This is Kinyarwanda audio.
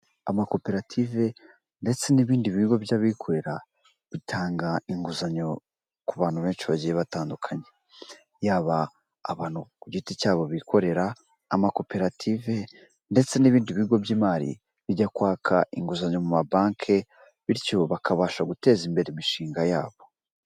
Amakoperative ndetse n'ibindi bigo by'abikorera, bitanga inguzanyo ku bantu benshi bagiye batandukanye, yaba abantu ku giti cyabo bikorera, amakoperative ndetse n'ibindi bigo by'imari bijya kwaka inguzanyo mu mabanke, bityo bakabasha guteza imbere imishinga yabo.